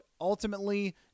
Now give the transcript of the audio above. Ultimately